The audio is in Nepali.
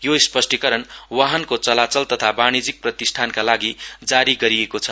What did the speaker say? यो स्पष्टिकरण वाहनको चलाचल तथा वाणिज्यिक प्रतिष्ठानका लागि जारी गरिएको छ